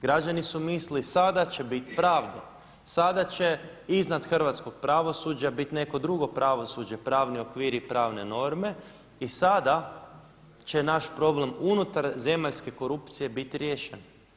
Građani su mislili sada će biti pravde, sada će iznad hrvatskog pravosuđa biti neko drugo pravosuđe, pravni okviri i pravne norme i sada će naš problem unutar zemaljske korupcije biti riješen.